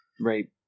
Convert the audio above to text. Right